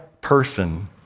person